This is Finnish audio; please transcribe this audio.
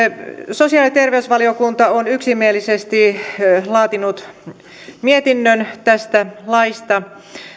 sosiaali ja terveysvaliokunta on yksimielisesti laatinut mietinnön tästä laista